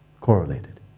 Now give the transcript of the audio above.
correlated